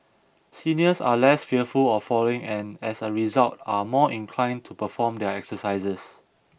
seniors are less fearful of falling and as a result are more inclined to perform their exercises